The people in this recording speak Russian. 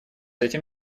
этим